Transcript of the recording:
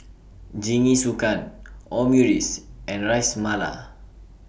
Jingisukan Omurice and Ras Malai